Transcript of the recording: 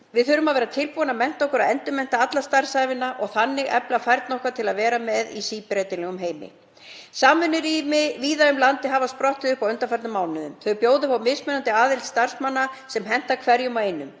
Við þurfum að vera tilbúin að mennta okkur og endurmeta alla starfsævina og efla þannig færni okkar til að vera með í síbreytilegum heimi. Samvinnurými víða um landið hafa sprottið upp á undanförnum mánuðum. Þau bjóða upp á mismunandi aðild starfsmanna sem henta hverjum og einum.